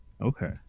Okay